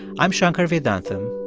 i'm shankar vedantam,